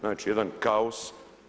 Znači jedan kaos.